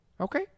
okay